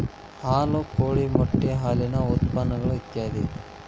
ಹಾಲು ಕೋಳಿಯ ಮೊಟ್ಟೆ ಹಾಲಿನ ಉತ್ಪನ್ನಗಳು ಇತ್ಯಾದಿ